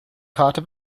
karte